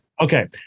Okay